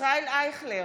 ישראל אייכלר,